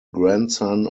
grandson